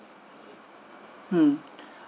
hmm